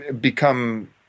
become